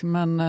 men